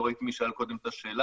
לא ראיתי מי שאל קודם את השאלה,